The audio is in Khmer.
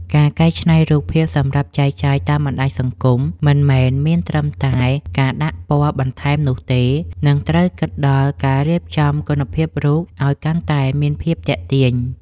ការកែច្នៃរូបភាពសម្រាប់ចែកចាយតាមបណ្ដាញសង្គមមិនមែនមានត្រឹមតែការដាក់ពណ៌បន្ថែមនោះទេ និង ត្រូវគិតដល់ការរៀបចំគុណភាពរូបឱ្យកាន់តែមានភាពទាក់ទាញ។